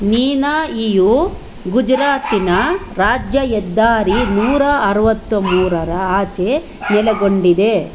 ನೀನಾಈಯು ಗುಜರಾತಿನ ರಾಜ್ಯ ಹೆದ್ದಾರಿ ನೂರ ಅರವತ್ತ ಮೂರರ ಆಚೆ ನೆಲೆಗೊಂಡಿದೆ